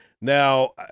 Now